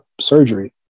surgery